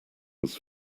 was